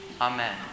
Amen